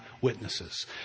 witnesses